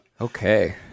Okay